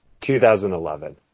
2011